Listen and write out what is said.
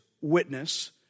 witness